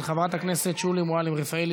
של חברת הכנסת שולי מועלם-רפאלי,